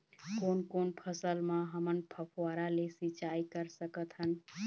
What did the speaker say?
कोन कोन फसल म हमन फव्वारा ले सिचाई कर सकत हन?